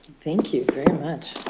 thank you very much.